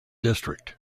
district